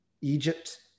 Egypt